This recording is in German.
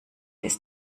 ist